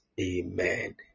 Amen